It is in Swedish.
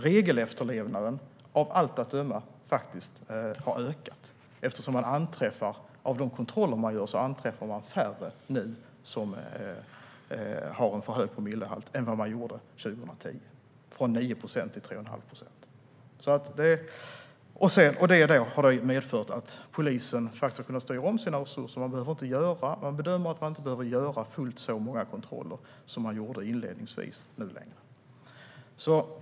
Regelefterlevnaden har av allt att döma ökat; vid de kontroller man gör anträffar man nu färre personer med en för hög promillehalt än vad man gjorde 2010. Det har gått ned från 9 procent till 3 1⁄2 procent. Detta har medfört att polisen har kunnat styra om sina resurser. Man bedömer att man inte längre behöver göra fullt så många kontroller som man gjorde inledningsvis.